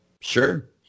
Sure